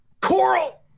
Coral